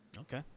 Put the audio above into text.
Okay